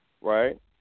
right